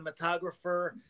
cinematographer